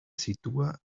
sitúa